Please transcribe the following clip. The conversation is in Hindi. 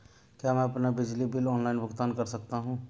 क्या मैं अपना बिजली बिल ऑनलाइन भुगतान कर सकता हूँ?